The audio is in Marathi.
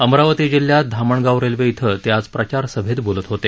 अमरावती जिल्ह्यात धामणगाव रेल्वे इथं ते आज प्रचारसभेत बोलत होते